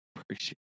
appreciate